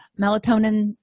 Melatonin